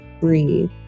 breathe